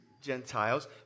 Gentiles